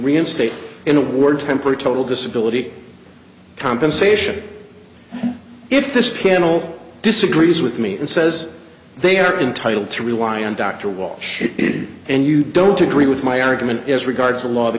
reinstate in a word temporary total disability compensation if this panel disagrees with me and says they are entitle to rely on dr walsh and you don't agree with my argument as regards the law the